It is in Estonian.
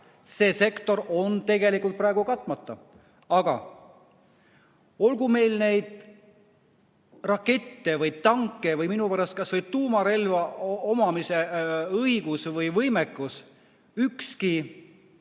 See sektor on tegelikult praegu katmata. Aga olgu meil neid rakette, tanke või minu pärast olgu kas või tuumarelva omamise õigus või võimekus, ükski